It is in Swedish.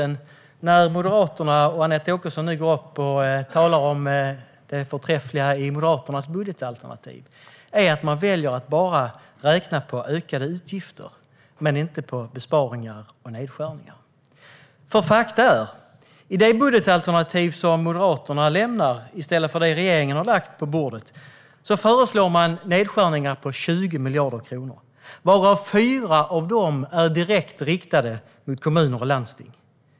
När Moderaterna och Anette Åkesson nu går upp och talar om det förträffliga i Moderaternas budgetalternativ är det lite märkligt att man väljer att bara räkna på ökade utgifter, men inte på besparingar och nedskärningar. Faktum är nämligen att Moderaterna i sitt alternativ till den budget regeringen har lagt på bordet föreslår nedskärningar på 20 miljarder kronor, varav 4 miljarder är direkt riktade mot kommuner och landsting.